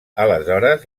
aleshores